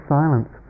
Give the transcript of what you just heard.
silence